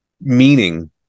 meaning